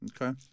Okay